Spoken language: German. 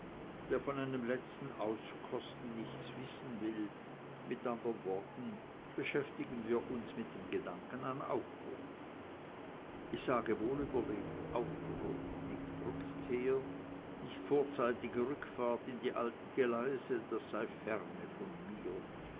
der von einem letzten auskosten nichts wissen will mit andern worten beschäftigen wir uns mit dem gedanken an aufbruch ich sage wohlüberlegt aufbruch nicht rückfahrt nicht vorzeitige rückkehr in die alten geleise das sei ferne von mir